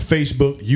Facebook